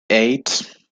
eight